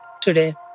today